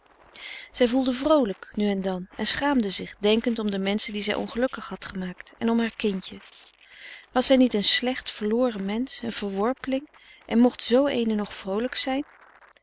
zij voelde vroolijk nu en dan en schaamde zich denkend om de menschen die zij ongelukkig had gemaakt en om haar kindje was zij niet een slecht verloren mensch een verworpeling en mocht z eene nog vroolijk zijn